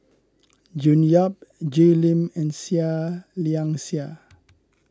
June Yap Jay Lim and Seah Liang Seah